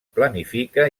planifica